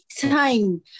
time